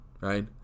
right